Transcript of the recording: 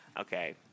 Okay